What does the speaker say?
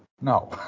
No